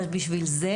בשביל זה